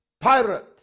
pirate